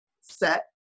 set